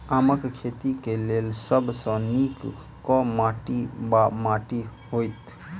आमक खेती केँ लेल सब सऽ नीक केँ माटि वा माटि हेतै?